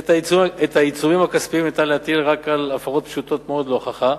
את העיצומים הכספיים אפשר להטיל רק על הפרות פשוטות מאוד להוכחה,